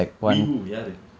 we who யாரு:yaaru